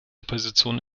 opposition